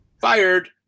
Fired